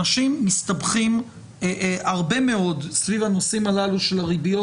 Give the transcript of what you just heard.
אנשים מסתבכים הרבה מאוד סביב הנושאים הללו של הריביות